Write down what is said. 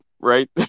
right